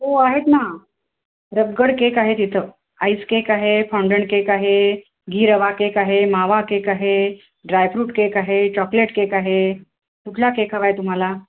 हो आहेत ना रग्गड केक आहेत इथं आईस केक आहे फॉंडन केक आहे घी रवा केक आहे मावा केक आहे ड्रायफ्रूट केक आहे चॉकलेट केक आहे कुठला केक हवा आहे तुम्हाला